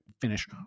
finish